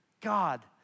God